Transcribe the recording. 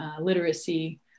literacy